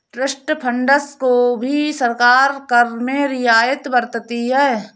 trust funds को भी सरकार कर में रियायत बरतती है